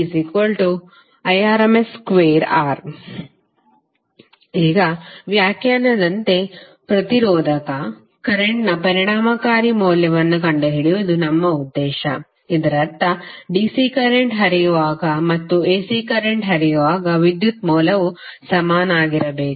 PIrms2R ಈಗ ವ್ಯಾಖ್ಯಾನದಂತೆ ಪ್ರತಿರೋಧಕ ಕರೆಂಟ್ನ ಪರಿಣಾಮಕಾರಿ ಮೌಲ್ಯವನ್ನು ಕಂಡುಹಿಡಿಯುವುದು ನಮ್ಮ ಉದ್ದೇಶ ಇದರರ್ಥ DC ಕರೆಂಟ್ ಹರಿಯುವಾಗ ಮತ್ತು AC ಕರೆಂಟ್ ಹರಿಯುವಾಗ ವಿದ್ಯುತ್ ಮೌಲ್ಯವು ಸಮನಾಗಿರಬೇಕು